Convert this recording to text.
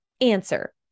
answer